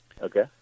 Okay